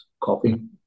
coughing